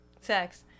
sex